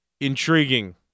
intriguing